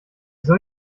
soll